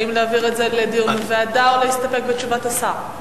האם להעביר את זה לדיון בוועדה או להסתפק בתשובת השר?